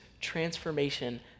transformation